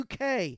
UK